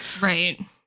right